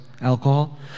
alcohol